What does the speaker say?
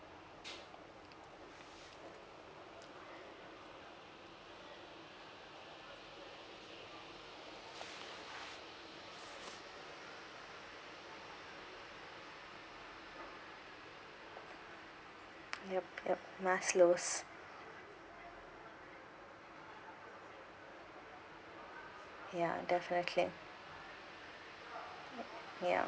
yup yup maslow's ya definitely ya